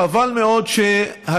חבל מאוד שהכנסת